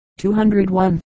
201